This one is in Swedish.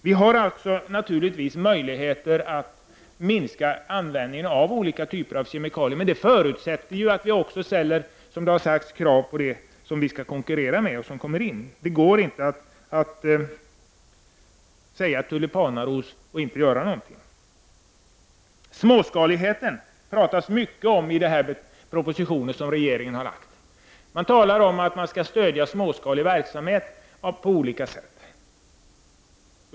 Vi har möjligheter att minska användningen av olika typer av kemikalier, men det förutsätter ju att det även ställs krav på de importerade varor som de svenska varorna skall konkurrera med. Man kan inte säga tulipanaros och inte göra något. Det talas mycket om småskalighet i propositionen. Det talas om att småskalig verksamhet skall stödjas på olika sätt.